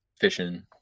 Fishing